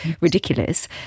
ridiculous